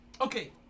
Okay